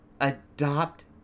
Adopt